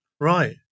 Right